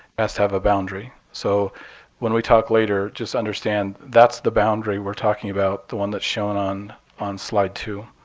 has to have a boundary. so when we talk later, just understand that's the boundary we're talking about. the one that's shown on on slide two.